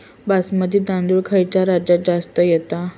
बासमती तांदूळ खयच्या राज्यात जास्त येता?